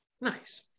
nice